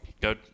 go